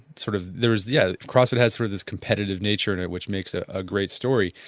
sort of there was yeah, the crossfit has for this competitive nature and and which makes a great story.